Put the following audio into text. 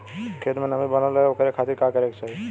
खेत में नमी बनल रहे ओकरे खाती का करे के चाही?